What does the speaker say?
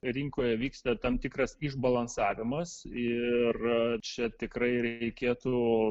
rinkoje vyksta tam tikras išbalansavimas ir čia tikrai reikėtų